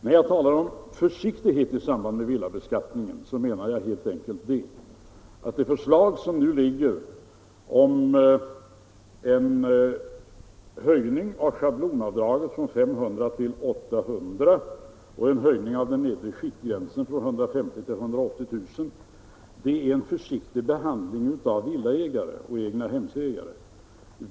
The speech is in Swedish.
När jag talar om försiktighet i samband med villabeskattningen menar jag helt enkelt att det förslag som nu ligger om en höjning av schablonavdraget från 500 till 800 kr. och en höjning av den nedre skiktgränsen från 150 000 till 180 000 kr. utgör en försiktig behandling av villaägare och egnahemsägare.